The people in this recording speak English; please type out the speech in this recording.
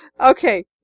Okay